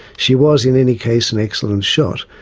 she was, in any case, an excellent shot,